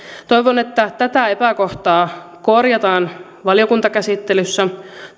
toivon että tätä epäkohtaa korjataan valiokuntakäsittelyssä